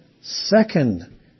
second